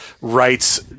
rights